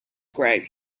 greg